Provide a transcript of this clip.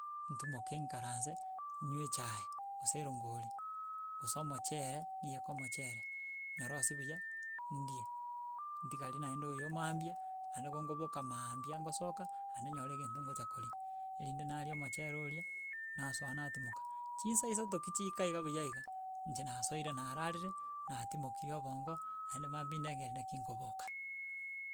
Ntimoke ng'ikarase inywe echae, gose erongori, gose omochere, ng'iyeke omochere, nyorosie buya ndie. n tigari naende oyo mambia, naende bo ngoboka mambia ngosoka naende nyore egento ngocha koriaa, erinde naria omochere oria, nasoa natimoka. Chinsa isato ki chiaka iga buya iga, inche nasoire nararire, natimokirie obongo, naende mambia ndengereri naki nkoboka.